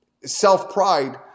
self-pride